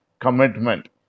commitment